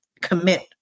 commit